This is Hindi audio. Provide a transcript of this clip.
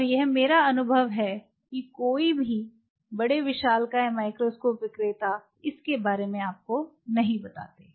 और यह मेरा अनुभव है कि कोई भी बड़े विशालकाय माइक्रोस्कोप विक्रेता इस के बारे में आपको नहीं बताते हैं